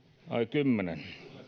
kymmenen